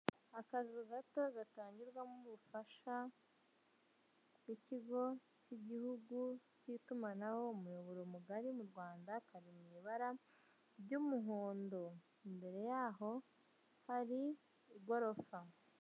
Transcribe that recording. Akazu gato gatangirwamo ubufasha bw'ikigo k'igihugu k'itumanaho, umuyoboro mugari mu Rwanda, kari mu ibara ry'umuhondo, imbere y'aho hari igorofa.